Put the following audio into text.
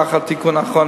לאחר התיקון האחרון,